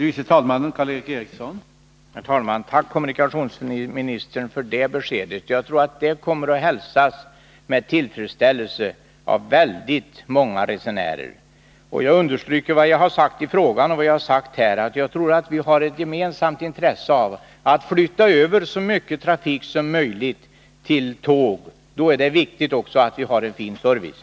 Herr talman! Tack, herr kommunikationsminister, för det beskedet! Jag tror att det kommer att hälsas med tillfredsställelse av väldigt många resenärer. Jag understryker vad jag sagt i frågan och vad jag sagt här, att vi har ett gemensamt intresse av att flytta över så mycket trafik som möjligt till tåg. Då är det också viktigt att vi har en fin service.